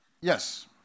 Yes